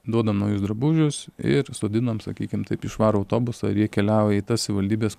duodam naujus drabužius ir sodinam sakykim taip į švarų autobusą ir jie keliauja į tas savivaldybes